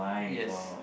yes